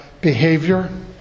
behavior